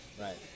Right